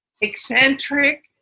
Eccentric